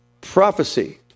Prophecy